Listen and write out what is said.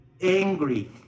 angry